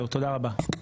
תודה רבה.